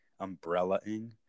umbrellaing